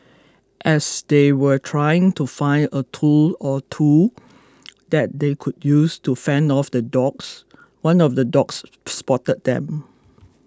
as they were trying to find a tool or two that they could use to fend off the dogs one of the dogs spotted them